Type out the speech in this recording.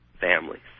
families